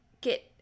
get